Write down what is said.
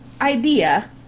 idea